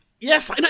Yes